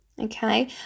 Okay